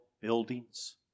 buildings